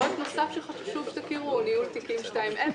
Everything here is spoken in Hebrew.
פרויקט נוסף שחשוב שתכירו הוא ניהול תיקים 2.0,